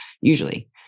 usually